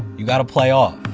you got to play off.